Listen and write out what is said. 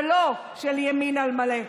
ולא של ימין על מלא.